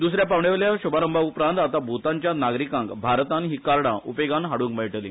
दुसऱ्या पावण्यावेल्या शुभारंभा उप्रांत आता भूतानच्या नागरिकांक भारतान ही कार्डा उपेगान हाडूक मेळटली